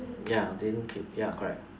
ya didn't keep ya correct